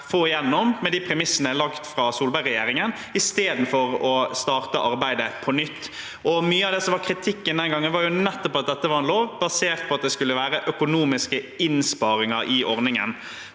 få igjennom – med premissene lagt av Solberg-regjeringen – istedenfor å starte arbeidet på nytt. Mye av kritikken den gangen var nettopp at dette var en lov basert på at det skulle være økonomiske innsparinger i ordningen.